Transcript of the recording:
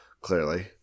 clearly